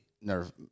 nerve